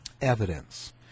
evidence